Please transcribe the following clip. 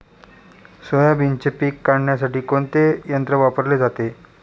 सोयाबीनचे पीक काढण्यासाठी कोणते यंत्र वापरले जाते?